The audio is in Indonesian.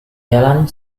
jalan